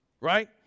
right